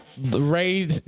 Ray